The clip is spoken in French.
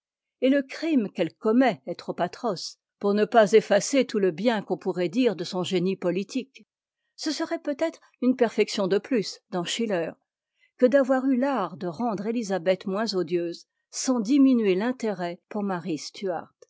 et le crime qu'elle commet est trop atroce pour ne pas effacer tout le bien qu'on pourrait dire de son génie politique ce serait peut-être une perfection de plus dans schiller que d'avoir eu l'art de rendre élisabeth moins odieuse sans diminuer fintérêtpour marie stuart